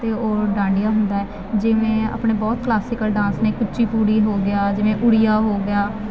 ਅਤੇ ਉਹ ਡਾਂਡੀਆ ਹੁੰਦਾ ਜਿਵੇਂ ਆਪਣੇ ਬਹੁਤ ਕਲਾਸੀਕਲ ਡਾਂਸ ਨੇ ਕੁਚੀਪੂੜੀ ਹੋ ਗਿਆ ਜਿਵੇਂ ਉੜੀਆ ਹੋ ਗਿਆ